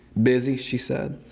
busy, she said.